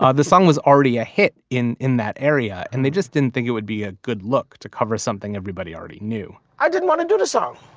ah the song was already a hit in in that area and they just didn't think it would be a good look to cover something everybody already knew i didn't want to do the song.